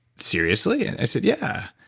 seriously? and i said, yeah.